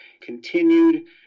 continued